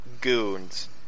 goons